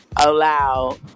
allow